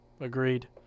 Agreed